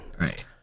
Right